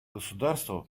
государства